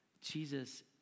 Jesus